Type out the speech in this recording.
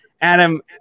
Adam